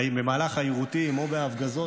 באים במהלך היירוטים או בהפגזות,